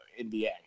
NBA